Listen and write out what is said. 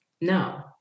No